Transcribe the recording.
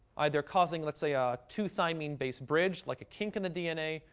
either causing, let's say, ah two thymine-based bridge, like a kink in the dna,